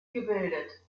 gebildet